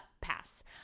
pass